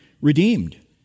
redeemed